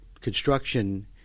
Construction